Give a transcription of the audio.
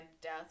death